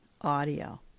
audio